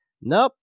Nope